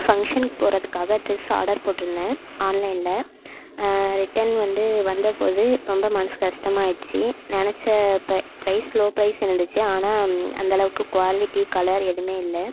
ஃபங்ஷனுக்கு போகறதுக்காக dress order போட்டுருந்தேன் ஆன்லைனில் ரிட்டன் வந்து வந்தபோது ரொம்ப மனசு கஷ்டமாயிடுச்சு நினச்ச ப்ர ப்ரைஸ் லோ ப்ரைஸ் இருந்துச்சு ஆனால் அந்தளவுக்கு குவாலிட்டி கலர் எதுவுமே இல்லை